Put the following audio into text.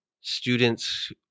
students